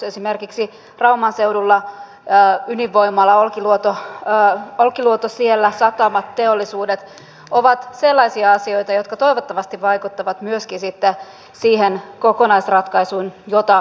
esimerkiksi rauman seudulla olkiluodon ydinvoimala satamat teollisuus ovat sellaisia asioita jotka toivottavasti vaikuttavat myöskin sitten siihen kokonaisratkaisuun joka tullaan tekemään